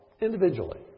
individually